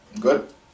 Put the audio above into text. Good